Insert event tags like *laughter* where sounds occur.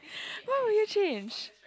*breath* why would you change